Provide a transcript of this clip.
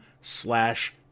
slash